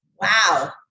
Wow